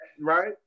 right